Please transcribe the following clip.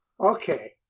Okay